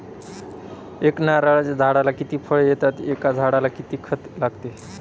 एका नारळाच्या झाडाला किती फळ येतात? एका झाडाला किती खत लागते?